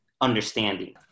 understanding